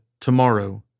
Tomorrow